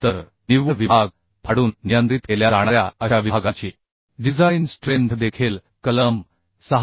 तर निव्वळ विभाग फाडून नियंत्रित केल्या जाणाऱ्या अशा विभागांची डिझाइन स्ट्रेंथ देखील कलम 6